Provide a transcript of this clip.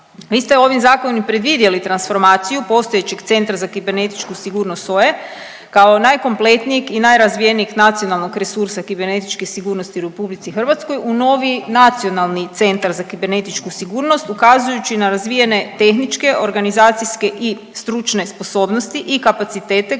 ste ovim zakonom i predvidjeli transformaciju postojećeg Centra za kibernetičku sigurnost SOA-e kao najkomplektnijeg i najrazvijenijeg nacionalnog resursa kibernetičke sigurnosti u RH u novi nacionalni centar za kibernetičku sigurnost ukazujući na razvijene tehničke, organizacijske i stručne sposobnosti i kapacitete